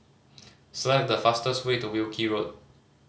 select the fastest way to Wilkie Road